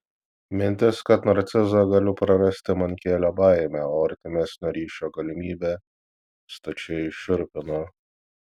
mintis kad narcizą galiu prarasti man kėlė baimę o artimesnio ryšio galimybė stačiai šiurpino